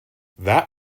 that